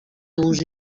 gust